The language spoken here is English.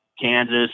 kansas